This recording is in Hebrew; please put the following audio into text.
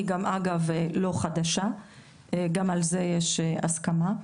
אגב היא גם לא חדשה, גם על זה יש סכמה.